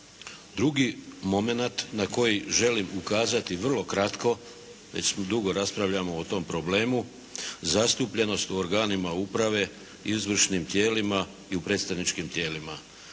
Drugi momenat na koji želim ukazati vrlo kratko. Već dugo raspravljamo o tom problemu, zastupljenost u organima uprave, izvršnim tijelima i u predstavničkim tijelima.